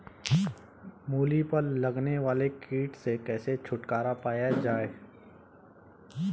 मूली पर लगने वाले कीट से कैसे छुटकारा पाया जाये?